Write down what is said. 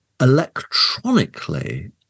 electronically